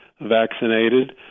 vaccinated